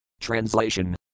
Translation